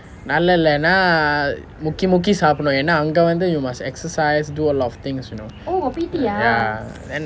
நல்லா இல்லைனா முக்கி முக்கி சாப்பிடணும் ஏனா அங்க வந்து:nallaa illainaa mukki mukki sappidanum aenaa anga vanthu you must exercise do a lot of things you know ya and